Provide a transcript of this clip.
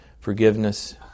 forgiveness